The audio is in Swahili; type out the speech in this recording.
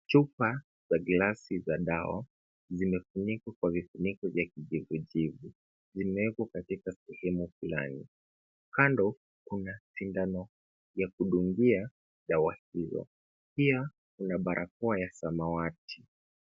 Chupa za glasi za dawa, vimefunikwa kwa vifuniko vya kijivujivu, zimeekwa katika sehemu fulani. Kando kuna sindano ya kudungia za wafugo. Pia kuna barakoa ya samawati.